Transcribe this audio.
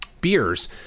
beers